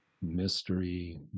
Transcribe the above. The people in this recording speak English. mystery